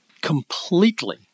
completely